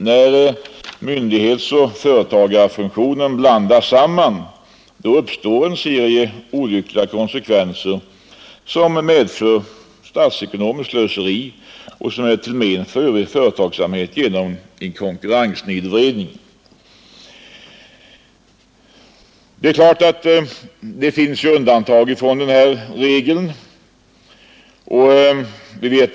När myndighetsoch företagarfunktionerna blandas samman, uppstår en serie olyckliga konsekvenser, som medför statsekonomiskt slöseri och är till men för övrig företagsamhet genom konkurrenssnedvridning. Det är klart att det finns undantag från den här regeln.